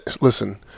Listen